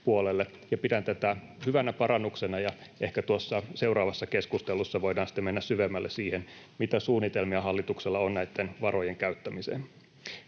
Pidän tätä hyvänä parannuksena, ja ehkä tuossa seuraavassa keskustelussa voidaan sitten mennä syvemmälle siihen, mitä suunnitelmia hallituksella on näitten varojen käyttämiseen.